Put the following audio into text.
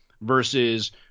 versus